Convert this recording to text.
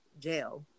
jail